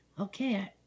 Okay